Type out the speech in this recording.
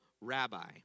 rabbi